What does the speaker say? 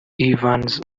evans